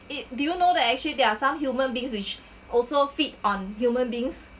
it did you know that actually there are some human beings which also feed on human beings